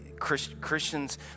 Christians